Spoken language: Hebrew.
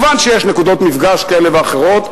מובן שיש נקודות מפגש כאלה ואחרות.